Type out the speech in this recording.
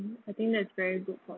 I think that's very good point